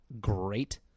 great